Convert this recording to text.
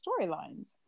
storylines